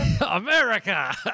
America